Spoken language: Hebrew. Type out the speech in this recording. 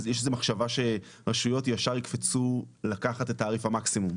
יש איזו משחשבה שרשויות ישר יקפצו לקחת את תעריף המקסימום,